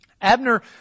Abner